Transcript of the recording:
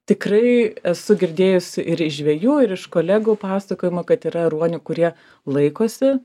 tikrai esu girdėjus ir iš žvejų ir iš kolegų pasakojimo kad yra ruonių kurie laikosi